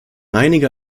einige